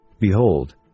Behold